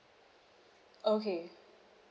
okay